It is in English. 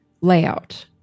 layout